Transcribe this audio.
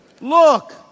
Look